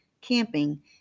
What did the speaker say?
camping